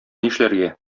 нишләргә